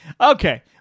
Okay